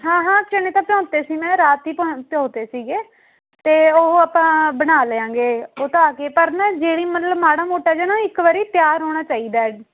ਹਾਂ ਹਾਂ ਚਨੇ ਤਾਂ ਭਿਓਂਤੇ ਸੀ ਮੈਂ ਰਾਤ ਹੀ ਭਾ ਭਿਓਂਤੇ ਸੀਗੇ ਅਤੇ ਉਹ ਆਪਾਂ ਬਣਾ ਲਿਆਂਗੇ ਉਹ ਤਾਂ ਆ ਕੇ ਪਰ ਨਾ ਜਿਹੜੀ ਮਤਲਬ ਮਾੜਾ ਮੋਟਾ ਜਿਹਾ ਨਾ ਇੱਕ ਵਾਰੀ ਤਿਆਰ ਹੋਣਾ ਚਾਹੀਦਾ